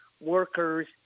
workers